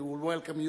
We will welcome you